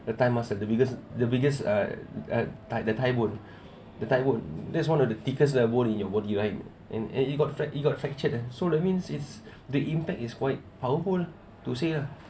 the thigh muscle the biggest the biggest uh uh the thigh bone the thigh bone that's one of the thickest lah bone in your body right and you you got fractured so that means it's the impact is quite powerful to say ah